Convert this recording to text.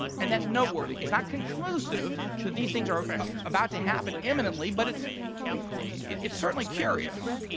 and that's note worthy. it's not conclusive that these things are about to happen imminently, but it's it's certainly curious.